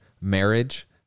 marriage